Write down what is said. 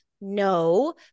No